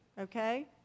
okay